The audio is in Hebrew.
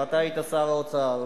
ואתה היית שר האוצר,